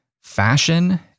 fashion